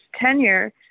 tenure